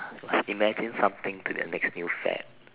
imagine something to the next new fad